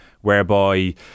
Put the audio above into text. whereby